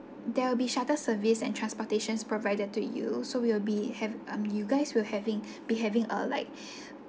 there will be shuttle service and transportations provided to you so we will be have um you guys will having be having uh like